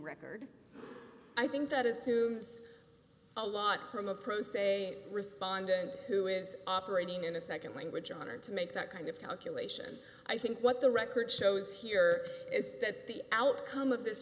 record i think that assumes a lot from a pro se respondent who is operating in a nd language honor to make that kind of calculation i think what the record shows here is that the outcome of this